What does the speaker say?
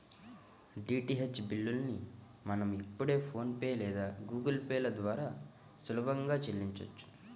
DTH బిల్లుల్ని మనం ఇప్పుడు ఫోన్ పే లేదా గుగుల్ పే ల ద్వారా కూడా సులభంగా చెల్లించొచ్చు